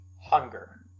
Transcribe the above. hunger